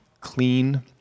clean